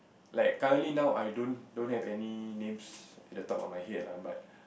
like currently now I don't don't have any names at the top of my head lah but